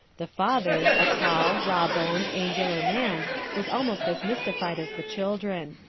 the father, a tall, raw-boned, angular man was almost as mystified as the children.